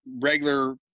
regular